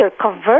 convert